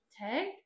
tag